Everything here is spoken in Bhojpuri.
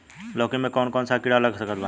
लौकी मे कौन कौन सा कीड़ा लग सकता बा?